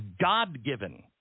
god-given